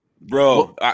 Bro